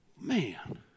man